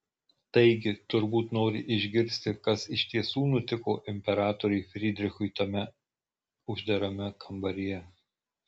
taigi turbūt nori išgirsti kas iš tiesų nutiko imperatoriui frydrichui tame uždarame kambaryje